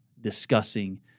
discussing